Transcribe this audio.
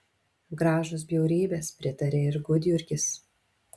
gražūs bjaurybės pritarė ir gudjurgis